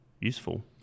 useful